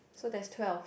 so that's twelve